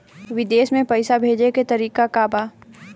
विदेश में पैसा भेजे के तरीका का बा?